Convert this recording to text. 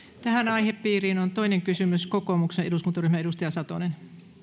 tähän aihepiiriin on toinen kysymys kokoomuksen eduskuntaryhmä edustaja satonen